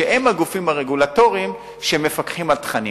שהן הגופים הרגולטוריים שמפקחים על תכנים.